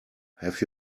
have